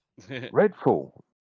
Redfall